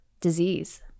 disease